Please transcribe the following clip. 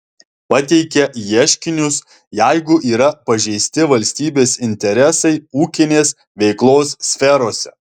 pateikia ieškinius jeigu yra pažeisti valstybės interesai ūkinės veiklos sferose